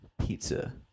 pizza